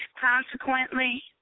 Consequently